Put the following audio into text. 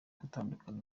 gutandukana